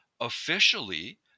officially